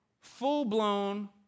full-blown